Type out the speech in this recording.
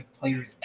players